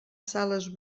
sales